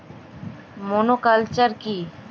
Monoculture কি?